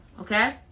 Okay